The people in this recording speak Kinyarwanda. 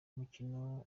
umukino